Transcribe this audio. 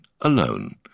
alone